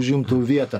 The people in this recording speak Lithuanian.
užimtų vietą